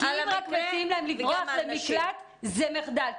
כי אם רק מציעים להן לברוח למקלט, זה מחדל.